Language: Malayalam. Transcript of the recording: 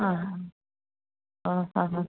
ആഹാ ആ ആഹാ